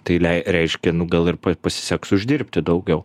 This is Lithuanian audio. tai lei reiškia nu gal ir pasiseks uždirbti daugiau